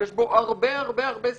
שיש בו הרבה הרבה הרבה שכל,